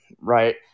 right